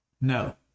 No